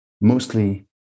mostly